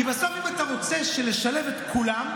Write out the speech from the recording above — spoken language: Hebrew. כי בסוף, אם אתה רוצה שנשלב את כולם,